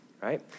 right